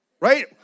right